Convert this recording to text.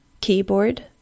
Keyboard